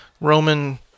Roman